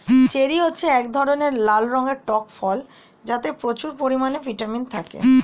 cherry হচ্ছে এক ধরনের লাল রঙের টক ফল যাতে প্রচুর পরিমাণে ভিটামিন থাকে